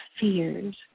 fears